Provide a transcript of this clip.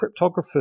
cryptographers